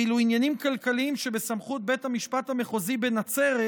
ואילו עניינים כלכליים שבסמכות בית המשפט המחוזי בנצרת